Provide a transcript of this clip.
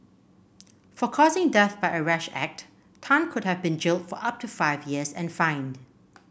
for causing death by a rash act Tan could have been jailed for up to five years and fined